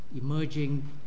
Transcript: emerging